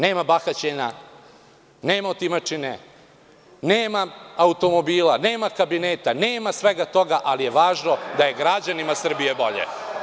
Nema bahaćenja, nema otimačine, nema automobila, nema kabineta, nema svega toga, ali je važno da je građanima Srbije bolje.